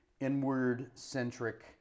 inward-centric